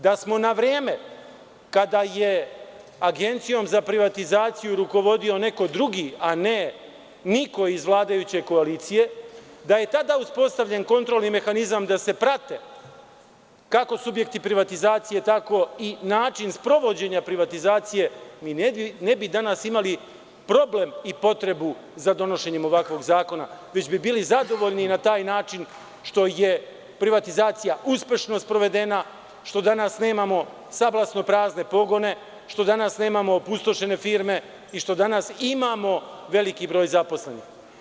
Da smo na vreme, kada je Agencijom za privatizaciju rukovodio neko drugi, a ne niko iz vladajuće koalicije, da je tada uspostavljen kontrolni mehanizam da se prate kako subjekti privatizacije, tako i način sprovođenja privatizacije, mi danas ne bi imali problem i potrebu za donošenjem ovakvog zakona, već bi bili zadovoljni na taj način što je privatizacija uspešno sprovedena, što danas nemamo sablasno prazne pogone, što danas nemamo opustošene firme i što danas imamo veliki broj zaposlenih.